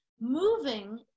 Moving